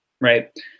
right